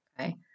Okay